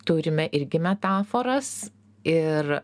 turime irgi metaforas ir